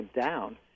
down